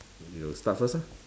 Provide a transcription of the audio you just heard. maybe you start first lah